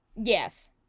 Yes